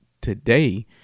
today